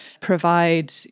provide